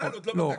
אבל עוד לא בדקנו.